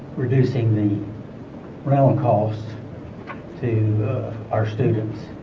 reducing the relic costs to our students